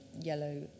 yellow